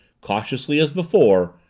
cautiously as before,